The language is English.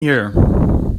here